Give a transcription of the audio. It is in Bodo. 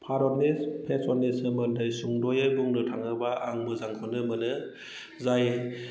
भारतनि फेसननि सोमोन्दै सुंदयै बुंनो थाङोब्ला आं मोजांखौनो मोनो जाय